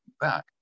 back